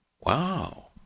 Wow